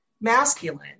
Masculine